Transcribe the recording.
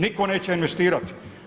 Nitko neće investirati.